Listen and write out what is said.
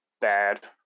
bad